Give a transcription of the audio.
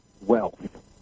wealth